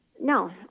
No